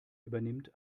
übernimmt